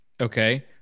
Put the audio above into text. Okay